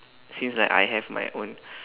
since like I have my own